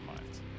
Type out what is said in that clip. minds